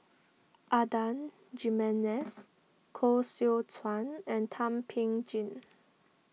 Adan Jimenez Koh Seow Chuan and Thum Ping Tjin